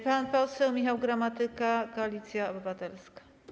Pan poseł Michał Gramatyka, Koalicja Obywatelska.